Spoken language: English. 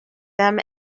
them